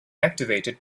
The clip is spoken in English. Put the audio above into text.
activated